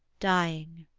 dying.